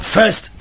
First